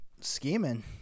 scheming